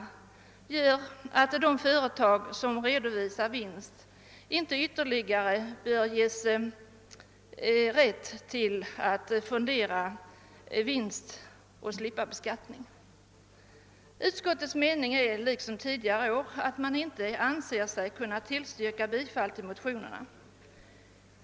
Detta gör att de företag som redovisar vinst inte bör ges ytterligare rätt att fondera vinst och därmed slippa beskattning. Utskottet anser sig liksom tidigare år inte kunna tillstyrka bifall till motionerna.